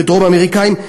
ודרום-אמריקנים,